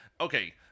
Okay